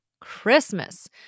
Christmas